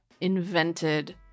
invented